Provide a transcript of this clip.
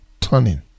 turning